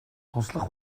туслах